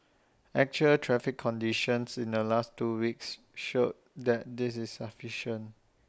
actual traffic conditions in the last two weeks showed that this is sufficient